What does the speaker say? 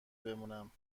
بمونم